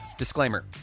Disclaimer